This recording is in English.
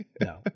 No